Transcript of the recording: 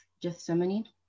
Gethsemane